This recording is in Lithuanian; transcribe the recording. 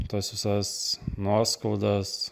tas visas nuoskaudas